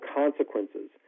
consequences